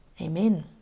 Amen